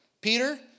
Peter